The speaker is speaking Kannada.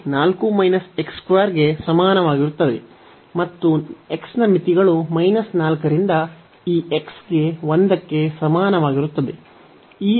Y 4 x 2 ಗೆ ಸಮಾನವಾಗಿರುತ್ತದೆ ಮತ್ತು x ನ ಮಿತಿಗಳು 4 ರಿಂದ ಈ x ಗೆ 1 ಕ್ಕೆ ಸಮಾನವಾಗಿರುತ್ತದೆ